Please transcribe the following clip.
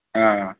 হ্যাঁ